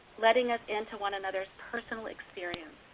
letting us in to one another's personal experience.